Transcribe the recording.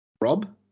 Rob